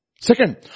Second